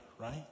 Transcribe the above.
right